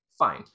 Fine